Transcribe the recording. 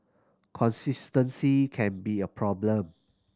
consistency can be a problem